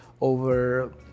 over